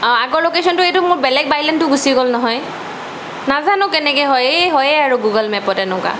আগৰ লোকেচনটো এইটো মোৰ বেলেগ বাইলেনটো গুচি গ'ল নহয় নাজানো কেনেকে হয় এ হয়ে আৰু গুগল মেপত এনেকুৱা